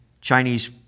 Chinese